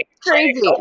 Crazy